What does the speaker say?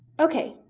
okay,